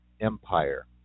Empire